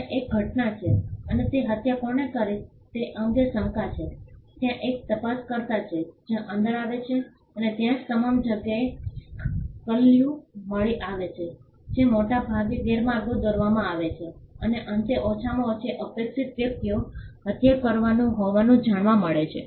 ત્યાં એક ઘટના છે અને તે હત્યા કોણે કરી છે તે અંગે શંકા છે અને ત્યાં એક તપાસકર્તા છે જે અંદર આવે છે અને ત્યાં તમામ જગ્યાએ ક્લ્યું મળી આવે છે જે મોટા ભાગે ગેરમાર્ગે દોરવામાં આવે છે અને અંતે ઓછામાં ઓછી અપેક્ષિત વ્યક્તિએ હત્યા કરાઈ હોવાનું જાણવા મળે છે